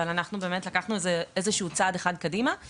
אבל אנחנו באמת לקחנו את זה איזה שהוא צעד אחד קדימה,